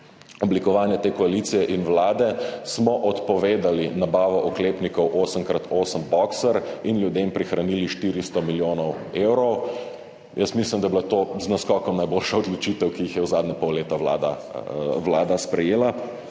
oblikovanja te koalicije in vlade smo odpovedali nabavo oklepnikov boxer 8x8 in ljudem prihranili 400 milijonov evrov. Mislim, da je bila to z naskokom najboljša odločitev, kar jih je v zadnjega pol leta Vlada sprejela.